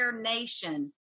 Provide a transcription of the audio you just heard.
nation